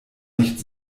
nicht